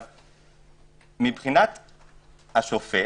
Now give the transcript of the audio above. מבחינת השופט,